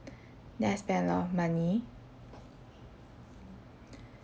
then I spend a lot of money